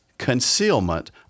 concealment